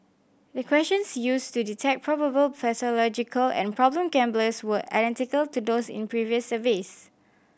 the questions used to detect probable pathological and problem gamblers were identical to those in previous surveys